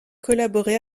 collaboré